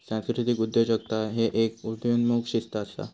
सांस्कृतिक उद्योजकता ह्य एक उदयोन्मुख शिस्त असा